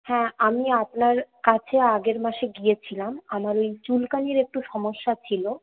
হ্যাঁ আমি আপনার কাছে আগের মাসে গিয়েছিলাম আমার ওই চুলকানির একটু সমস্যা ছিলো